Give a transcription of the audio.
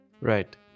Right